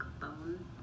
bone